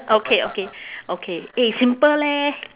okay okay okay eh simple leh